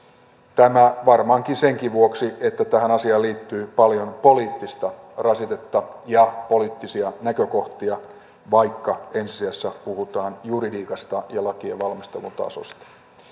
tämä varmaankin senkin vuoksi että tähän asiaan liittyy paljon poliittista rasitetta ja poliittisia näkökohtia vaikka ensi sijassa puhutaan juridiikasta ja lakien valmistelun tasosta